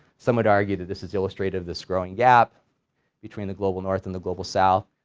some would argue that this is illustrative, this growing gap between the global north and the global south,